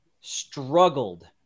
struggled